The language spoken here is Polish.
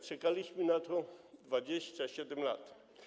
Czekaliśmy na to 27 lat.